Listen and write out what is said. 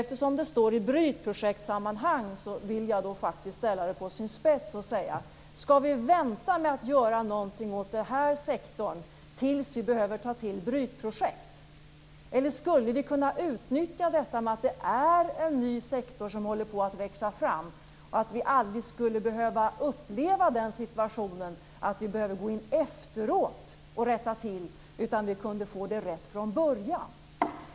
Eftersom man hänvisar till "brytprojektsammanhang" vill jag ställa frågan på sin spets: Skall vi vänta med att göra någonting åt den här sektorn tills vi behöver ta till brytprojekt, eller skulle vi kunna utnyttja det förhållandet att en ny sektor håller på att växa fram så, att vi inte efteråt skulle vara tvungna att rätta till saker utan kunde få det rätt från början?